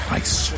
ice